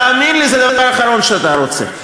תאמין לי, זה הדבר האחרון שאתה רוצה.